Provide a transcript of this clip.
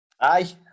Aye